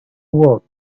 work